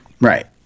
Right